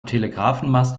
telegrafenmast